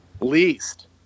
Least